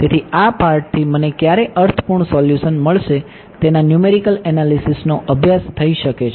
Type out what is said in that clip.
તેથી આ પાર્ટથી મને ક્યારે અર્થપૂર્ણ સોલ્યુશન મળશે તેના ન્યૂમેરિકલ એનાલિસિસ નો અભ્યાસ થઈ શકે છે